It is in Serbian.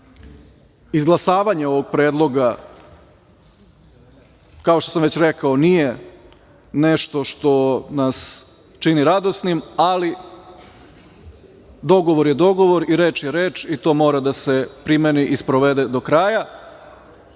izglasavanje ovog predloga, kao što sam već rekao, nije nešto što nas čini radosnim, ali dogovor je dogovor, reč je reč i to mora da se primeni i sprovede do kraja,